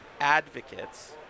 advocates